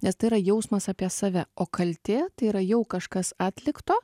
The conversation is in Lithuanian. nes tai yra jausmas apie save o kaltė tai yra jau kažkas atlikto